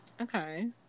Okay